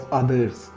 others